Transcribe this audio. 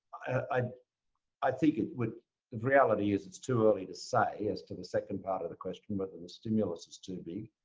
i i think it would the reality is, it's too early to say, as to the second part of the question whether the stimulus is too big.